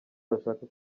bashaka